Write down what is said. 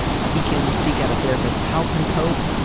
he can seek out a therapist to help him cope.